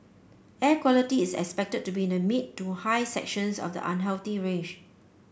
air quality is expected to be the mid to high sections of the unhealthy range